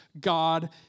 God